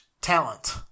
talent